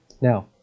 Now